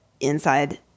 Inside